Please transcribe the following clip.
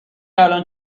الان